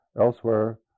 elsewhere